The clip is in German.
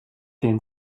den